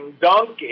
donkey